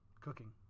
Cooking